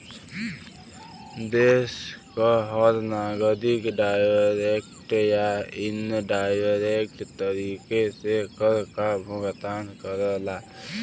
देश क हर नागरिक डायरेक्ट या इनडायरेक्ट तरीके से कर काभुगतान करला